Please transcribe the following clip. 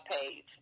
page